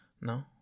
No